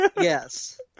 yes